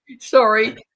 Sorry